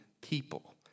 people